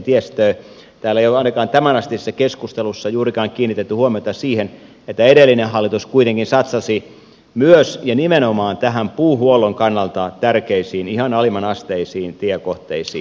täällä ei ole ainakaan tähänastisessa keskustelussa juurikaan kiinnitetty huomiota siihen että edellinen hallitus kuitenkin satsasi myös ja nimenomaan näihin puuhuollon kannalta tärkeisiin ihan alimmanasteisiin tiekohteisiin